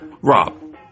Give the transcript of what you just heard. Rob